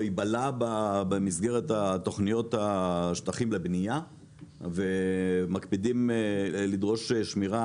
או יבלע במסגרת התוכניות השטחים לבנייה ומקפידים לדרוש שמירה